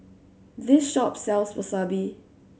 this shop sells Wasabi